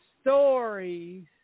stories